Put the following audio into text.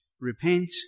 repent